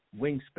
wingspan